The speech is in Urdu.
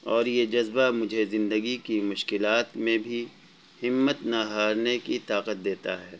اور یہ جذبہ مجھے زندگی کی مشکلات میں بھی ہمت نہ ہارنے کی طاقت دیتا ہے